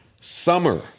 summer